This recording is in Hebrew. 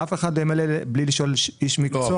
אף אחד לא ימלא בלי לשאול איש מקצוע.